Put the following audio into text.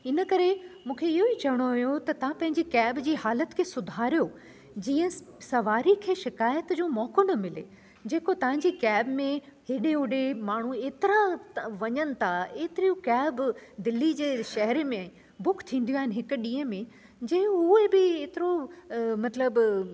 हिनकरे मूंखे इहो ई चवणो हुओ त तव्हां पंहिंजी कैब जी हालति खे सुधारियो जीअं स सवारी खे शिकायत जो मौक़ो न मिले जेको तव्हांजी कैब में हेॾे होॾे माण्हू एतिरा वञनि था एतरियूं कैब दिल्ली जहिड़े शहर में बुक थींदियूं आहिनि हिकु ॾींहं में जे उहे बि एतिरो मतलबु